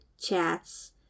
Chats